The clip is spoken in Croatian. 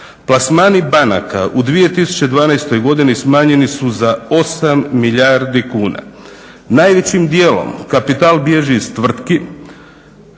Plasmani banaka u 2012. godini smanjeni su za 8 milijardi kuna. Najvećim dijelom kapital bježi iz tvrtki